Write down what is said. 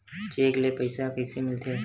Cheque ले पईसा कइसे मिलथे?